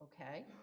okay